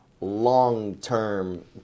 long-term